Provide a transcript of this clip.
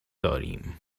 داریم